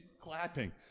clapping